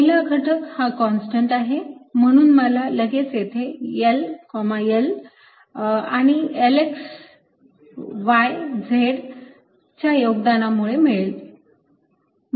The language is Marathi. पहिला घटक हा कॉन्स्टंट आहे म्हणून मला लगेच येथे L L आणि L x y z च्या योगदानामुळे मिळेल